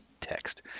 text